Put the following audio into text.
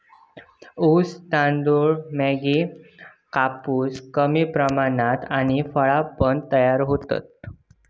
ऊस, तंबाखू, मॅगी, कापूस कमी प्रमाणात आणि फळा पण तयार होतत